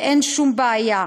ואין שום בעיה.